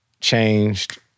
changed